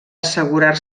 assegurar